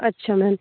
अच्छा मैम